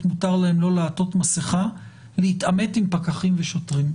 מותר להם לא לעטות מסיכה להתעמת עם פקחים ושוטרים,